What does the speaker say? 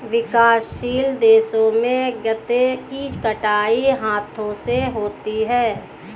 विकासशील देशों में गन्ने की कटाई हाथों से होती है